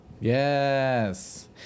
Yes